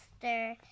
sister